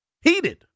Heated